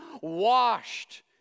washed